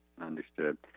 Understood